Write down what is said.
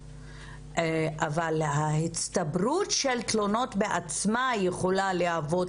אבל ההצטברות של תלונות בעצמה יכולה להוות